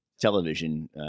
television